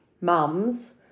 mums